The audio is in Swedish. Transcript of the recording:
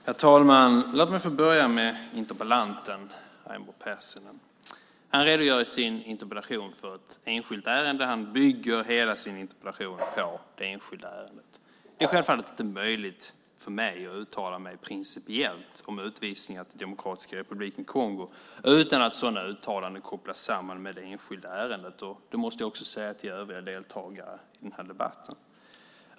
Herr talman! Låt mig få börja med interpellanten Raimo Pärssinen. Han redogör i sin interpellation för ett enskilt ärende och bygger hela sin interpellation på det enskilda ärendet. Det är självfallet inte möjligt för mig att principiellt uttala mig om utvisningar till Demokratiska republiken Kongo utan att sådana uttalanden kopplas samman med det enskilda ärendet. Det måste jag också säga till övriga deltagare i den här debatten.